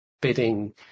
bidding